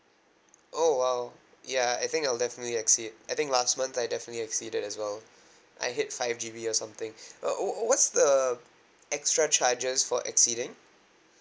oh !wow! ya I I think I'll definitely exceed I think last month I definitely exceeded as well I hit five G_B or something uh w~ w~ what's the extra charges for exceeding